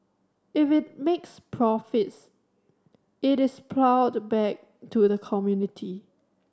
if it makes profits it is ploughed back to the community